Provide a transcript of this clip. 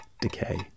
decay